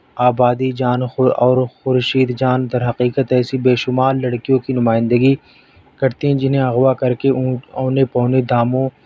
آبادی جان خور اور خورشید جان در حقیقت ایسی بے شمار لڑکیوں کی نمائندگی کرتی جنہیں اغواء کر کے اونے پونے داموں